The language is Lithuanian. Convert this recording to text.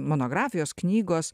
monografijos knygos